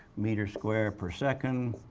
meter squared per second.